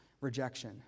rejection